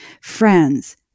Friends